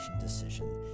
decision